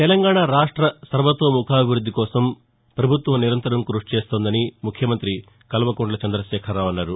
తెలంగాణ రాష్టం సర్వతోముఖాభివృద్ది కోసం పభుత్వం కృషి చేస్తోందని ముఖ్యమంతి కల్వకుంట్ల చంద్రశేఖరరావు అన్నారు